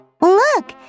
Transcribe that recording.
Look